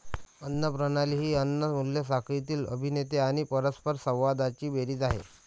अन्न प्रणाली ही अन्न मूल्य साखळीतील अभिनेते आणि परस्परसंवादांची बेरीज आहे